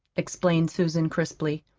explained susan crisply.